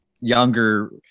younger